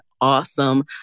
awesome